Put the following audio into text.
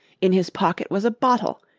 in his pocket was a bottle,